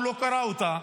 הוא לא קרא אותה,